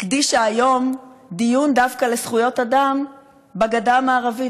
הקדישה היום דיון דווקא לזכויות אדם בגדה המערבית,